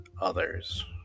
others